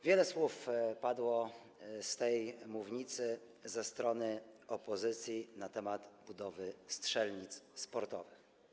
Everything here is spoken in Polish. Wiele słów padło z tej mównicy ze strony opozycji na temat budowy strzelnic sportowych.